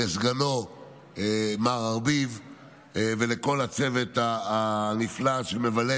לסגנו מר ארביב ולכל הצוות הנפלא שמבלה